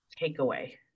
takeaway